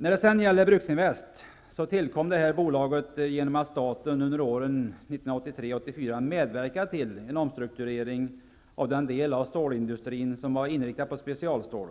När det gäller Bruksinvest tillkom bolaget genom att staten under åren 1983--1984 medverkade till en omstrukturering av den del av stålindustrin som var inriktad på specialstål.